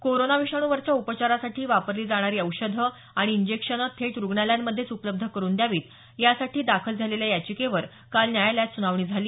corona विषाणूवरच्या उपचारासाठी वापरी जाणारी औषधं आणि इंजक्शनं थेट रुग्णालयांमधेच उपलब्ध करून द्यावीत यासाठी दाखल झालेल्या याचिकेवर काल न्यायालयात सुनावणी झाली